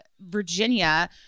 Virginia